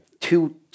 two